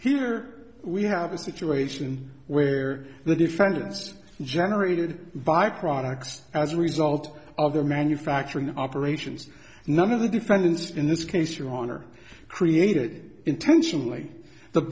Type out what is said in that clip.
here we have a situation where the defendants generated by products as a result of their manufacturing operations none of the defendants in this case you're on are created intentionally